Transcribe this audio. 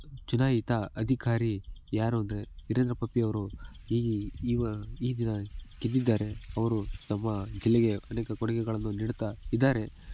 ಚುನಾಯಿತ ಅಧಿಕಾರಿ ಯಾರು ಅಂದರೆ ವೀರೇಂದ್ರ ಪಬ್ಬಿ ಅವರು ಈ ಈವ ಈ ದಿನ ಗೆದ್ದಿದ್ದಾರೆ ಅವರು ತಮ್ಮ ಜಿಲ್ಲೆಗೆ ಅನೇಕ ಕೊಡುಗೆಗಳನ್ನು ನೀಡುತ್ತಾ ಇದ್ದಾರೆ